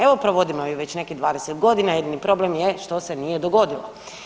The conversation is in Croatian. Evo provodimo je već nekih 20.g., jedini problem je što se nije dogodilo.